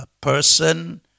person